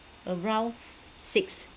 around six